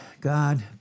God